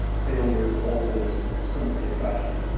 failure is always simply a tragedy.